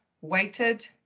weighted